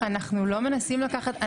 אנחנו לא מנסים לקחת.